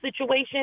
situation